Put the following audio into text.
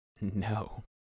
No